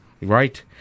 Right